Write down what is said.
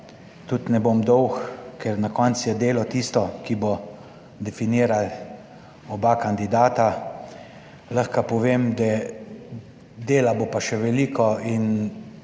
Ne bom dolg, ker na koncu je delo tisto, ki bo definiralo oba kandidata. Lahko povem, da dela bo pa še veliko in